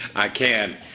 i can.